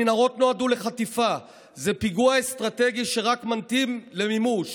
המנהרות נועדו לחטיפה --- זה פיגוע אסטרטגי שרק ממתין למימוש".